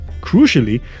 Crucially